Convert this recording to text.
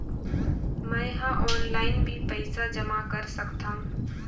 मैं ह ऑनलाइन भी पइसा जमा कर सकथौं?